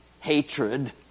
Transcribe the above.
hatred